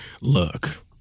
look